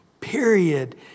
Period